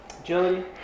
Agility